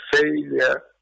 failure